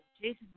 Jason